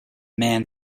man